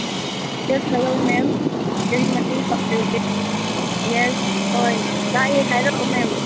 yes hello ma'am ꯀꯔꯤ ꯃꯇꯦꯡ yes ꯍꯣꯏ ꯇꯥꯏꯌꯦ ꯍꯥꯏꯔꯛꯑꯣ ꯃꯦꯝ